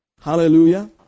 Hallelujah